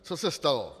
Co se stalo?